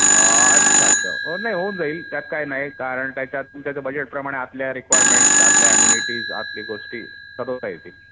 अच्छा अच्छा नाही होऊन जाईल त्यात काय नाही कारण त्याच्यात तुमच्या बजेटप्रमाणे आतल्या रिक्वायरमेंट्स आतल्या ॲम्युनिटीज आतली गोष्टी सदवता येतील